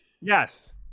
Yes